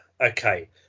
Okay